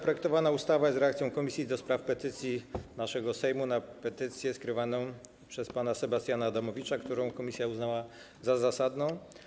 Projektowana ustawa jest reakcją Komisji do Spraw Petycji naszego Sejmu na petycję skierowaną przez pana Sebastiana Adamowicza, którą komisja uznała za zasadną.